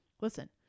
Listen